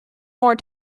more